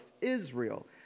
Israel